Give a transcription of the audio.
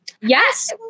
yes